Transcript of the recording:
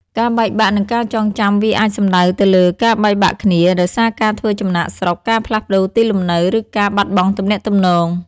ការបែកបាក់ និងការចងចាំវាអាចសំដៅទៅលើ ការបែកបាក់គ្នា ដោយសារការធ្វើចំណាកស្រុក ការផ្លាស់ប្ដូរទីលំនៅ ឬការបាត់បង់ទំនាក់ទំនង។